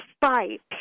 fight